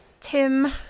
Tim